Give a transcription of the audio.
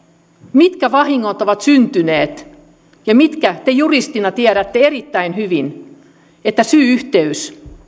mitkä vahingot ovat syntyneet ja te juristit tiedätte erittäin hyvin että syy yhteyden